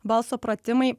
balso pratimai